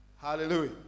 Hallelujah